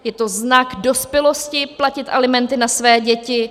Je to znak dospělosti platit alimenty na své děti.